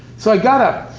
so i got up,